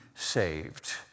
saved